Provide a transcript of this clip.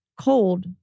cold